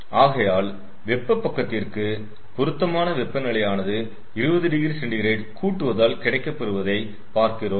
ஆகையால் வெப்ப பக்கத்திற்கு பொருத்தமான வெப்பநிலையானது 20oC கூட்டுவதால் கிடைக்கப் பெறுவதை பார்க்கிறோம்